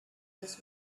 was